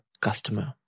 customer